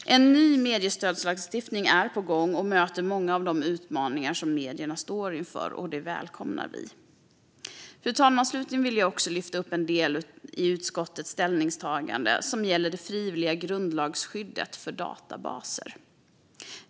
En ny mediestödslagstiftning är på gång och möter många av de utmaningar som medierna står inför, vilket vi välkomnar. Fru talman! Slutligen vill jag särskilt lyfta upp en del i utskottets ställningstagande som gäller det frivilliga grundlagsskyddet för databaser.